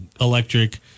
electric